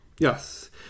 Yes